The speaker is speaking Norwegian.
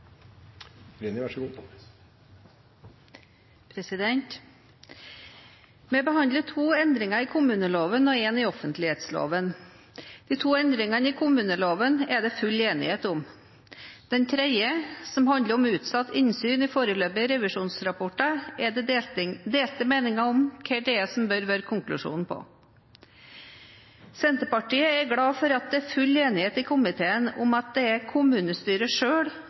Vi behandler to endringer i kommuneloven og en i offentlighetsloven. De to endringene i kommuneloven er det full enighet om. Når det gjelder den tredje, som handler om utsatt innsyn i foreløpige revisjonsrapporter, er det delte meninger om hva som bør bli konklusjonen. Senterpartiet er glad for at det er full enighet i komiteen om at det er kommunestyret